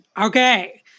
okay